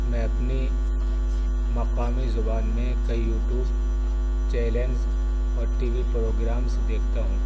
میں اپنی مقامی زبان میں کئی یوٹوب چیلنز اور ٹی وی پروگرامس دیکھتا ہوں